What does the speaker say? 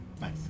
Nice